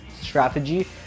strategy